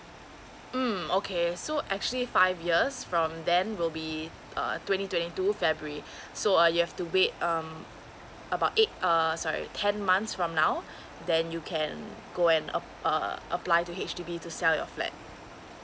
mm okay so actually five years from then will be uh twenty twenty two february so you have to wait um about eight err sorry ten months from now then you can go and um uh apply to H_D_B to sell your flat